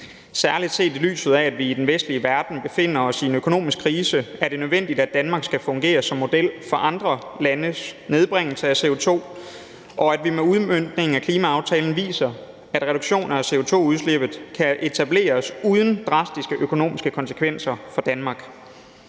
Særlig set i lyset af at vi i den vestlige verden befinder os i en økonomisk krise, er det nødvendigt, at Danmark skal fungere som model for andre landes nedbringelse af CO2, og at vi med udmøntningen af klimaaftalen viser, at reduktioner af CO2-udslippet kan etableres uden drastiske økonomiske konsekvenser for Danmark.